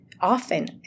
often